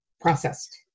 Processed